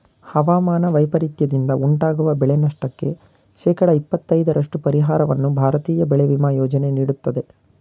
ಹವಾಮಾನ ವೈಪರೀತ್ಯದಿಂದ ಉಂಟಾಗುವ ಬೆಳೆನಷ್ಟಕ್ಕೆ ಶೇಕಡ ಇಪ್ಪತೈದರಷ್ಟು ಪರಿಹಾರವನ್ನು ಭಾರತೀಯ ಬೆಳೆ ವಿಮಾ ಯೋಜನೆ ನೀಡುತ್ತದೆ